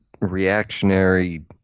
reactionary